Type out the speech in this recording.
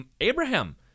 abraham